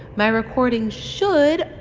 my recording should.